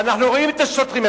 ואנחנו רואים את השוטרים,